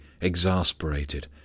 exasperated